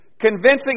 Convincing